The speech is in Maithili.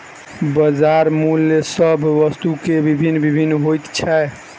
बजार मूल्य सभ वस्तु के भिन्न भिन्न होइत छै